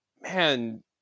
man